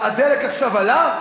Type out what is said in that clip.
הדלק עכשיו עלה?